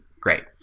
Great